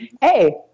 hey